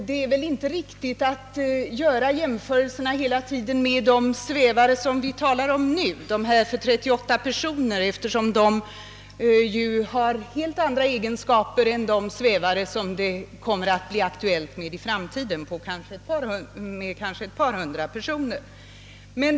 Det är inte heller riktigt att hela tiden göra jäm: förelserna med de svävare som hittills har varit på tal — sådana för 38 personer — eftersom de har helt andra egenskaper än de svävare för kanske ett par hundra personer som kommer att bli aktuella i framtiden.